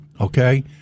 okay